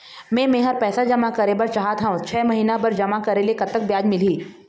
मे मेहर पैसा जमा करें बर चाहत हाव, छह महिना बर जमा करे ले कतक ब्याज मिलही?